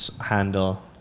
handle